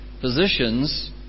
positions